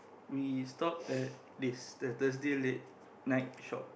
we stop at this the Thursday late night shop